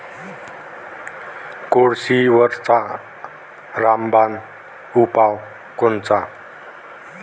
कोळशीवरचा रामबान उपाव कोनचा?